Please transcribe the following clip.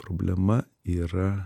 problema yra